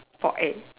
for egg